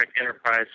Enterprise